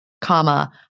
comma